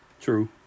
True